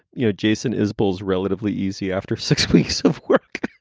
you know. jason is bulls relatively easy after six weeks of work.